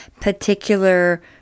particular